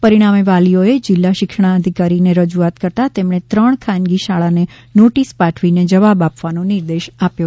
પરિણામે વાલીઓએ જિલ્લા શિક્ષણાધિકારીને રજૂઆત કરતાં તેમણે ત્રણ ખાનગી શાળાને નોટિસ પાઠવીને જવાબ આપવાનો નિર્દેશ આપ્યો